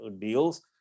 deals